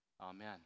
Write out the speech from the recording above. Amen